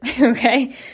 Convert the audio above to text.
okay